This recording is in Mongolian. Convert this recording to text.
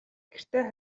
гэртээ